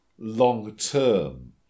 long-term